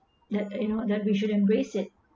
that that you know that we should embrace it